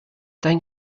dein